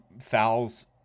fouls